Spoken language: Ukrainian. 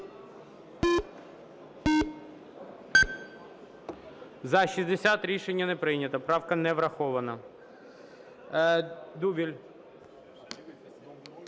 За-58 Рішення не прийнято. Правка не врахована. І 3244.